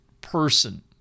person